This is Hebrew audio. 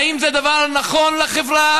האם זה דבר נכון לחברה?